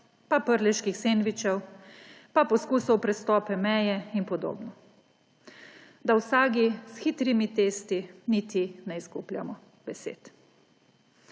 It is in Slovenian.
pa prleških sendvičev pa poskusov prestopov meje in podobno. Da o sagi s hitrimi testi niti ne izgubljamo besed.